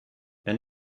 and